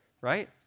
right